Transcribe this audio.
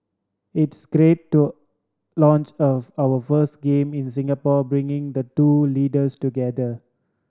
it's great to launch of our first game in Singapore bringing the two leaders together